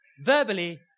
verbally